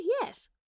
yes